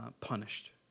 punished